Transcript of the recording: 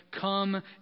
come